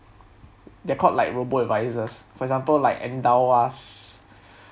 they called like robot advisors for example like endowus